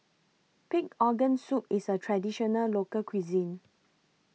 Pig Organ Soup IS A Traditional Local Cuisine